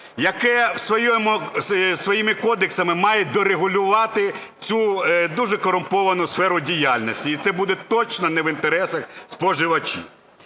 яке своїми кодексами має дорегулювати цю дуже корумповану сферу діяльності, і це буде точно не в інтересах споживачів.